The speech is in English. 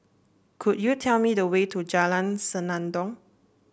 could you tell me the way to Jalan Senandong